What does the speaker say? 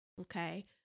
Okay